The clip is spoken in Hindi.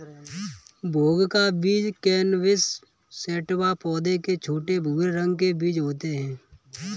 भाँग का बीज कैनबिस सैटिवा पौधे के छोटे, भूरे रंग के बीज होते है